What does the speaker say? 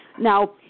Now